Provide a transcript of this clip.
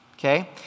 Okay